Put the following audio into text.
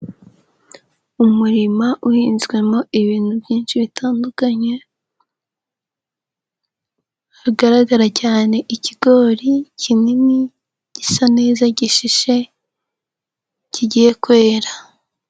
Umurima uhinzwemo ibintu byinshi bitandukanye. Hagaragara cyane ikigori kinini gisa neza gishishe kigiye kwera.